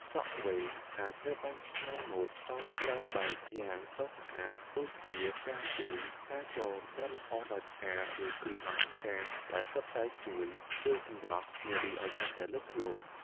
សក់វែងអាចត្រូវបានច្នៃម៉ូដបានច្រើនបែបយ៉ាងស្រស់ស្អាត ដូចជា ការបួង ការចង ការលម្អដោយផ្កា ឬគ្រឿងអលង្ការ ដែលសុទ្ធតែជួយលើកសម្រស់នារីឱ្យកាន់តែលេចធ្លោ។